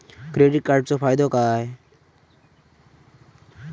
Credit कार्डाचो फायदो काय?